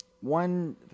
one